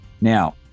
Now